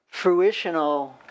fruitional